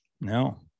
No